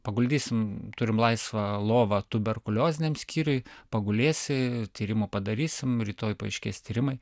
paguldysim turim laisvą lovą tuberkulioziniam skyriuj pagulėsi tyrimų padarysim rytoj paaiškės tyrimai